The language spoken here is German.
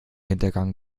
hintergangen